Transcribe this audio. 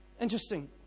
Interesting